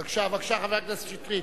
בבקשה, חבר הכנסת שטרית.